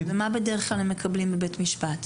בדרך כלל הם מקבלים בבית משפט?